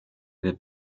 der